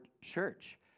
church